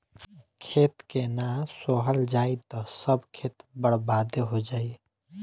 खेत के ना सोहल जाई त सब खेत बर्बादे हो जाई